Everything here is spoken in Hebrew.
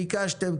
ביקשתם,